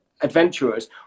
adventurers